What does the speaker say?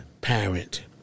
parent